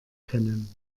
können